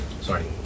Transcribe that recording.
Sorry